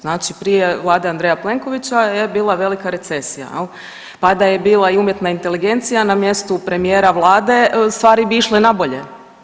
Znači prije vlade Andreja Plenkovića je bila velika recesija, pa da je bila i umjetna inteligencija na mjestu premijera vlade stvari bi išle na bolje.